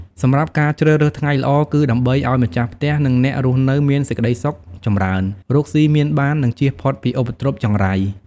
សម្រាប់ការជ្រើសរើសថ្ងៃល្អ គឺដើម្បីឲ្យម្ចាស់ផ្ទះ និងអ្នករស់នៅមានសេចក្តីសុខចម្រើន រកស៊ីមានបាន និងជៀសផុតពីឧបទ្រពចង្រៃ។